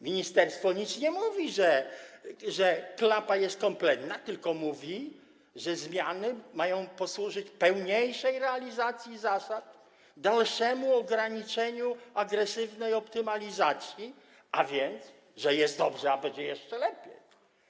Ministerstwo nic nie mówi, że klapa jest kompletna, tylko mówi, że zmiany mają posłużyć pełniejszej realizacji zasad, dalszemu ograniczeniu agresywnej optymalizacji, a więc mówi, że jest dobrze, a będzie jeszcze lepiej.